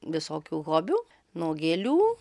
visokių hobių nuo gėlių